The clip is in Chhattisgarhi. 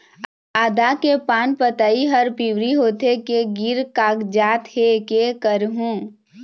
आदा के पान पतई हर पिवरी होथे के गिर कागजात हे, कै करहूं?